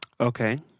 Okay